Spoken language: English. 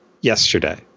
yesterday